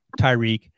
Tyreek